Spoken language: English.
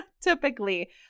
typically